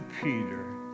Peter